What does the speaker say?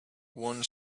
one